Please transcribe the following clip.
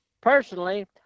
Personally